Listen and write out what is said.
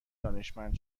دانشمند